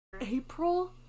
April